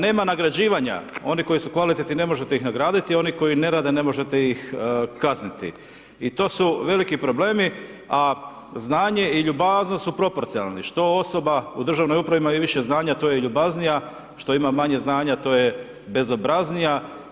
Nema nagrađivanja, oni koji su kvalitetni, ne možete ih nagraditi, oni koji ne rade, ne možete ih kazniti i to su veliki probleme, a znanje i ljubaznost su proporcionalni, što osoba u državnoj upravi ima više znanja, to je ljubaznija, što ima manje znanja to je bezobraznija.